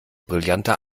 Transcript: brillanter